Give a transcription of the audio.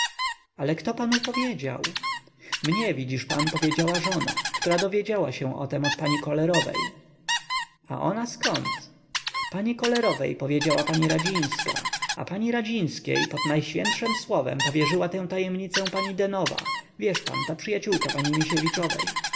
ale kto panu powiedział mnie widzisz pan powiedziała żona która dowiedziała się o tem od pani kolerowej a ona zkąd pani kolerowej powiedziała pani radzińska a pani radzińskiej pod najświętszem słowem powierzyła tę tajemnicę pani denowa wiesz pan ta przyjaciółka pani